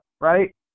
right